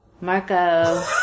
Marco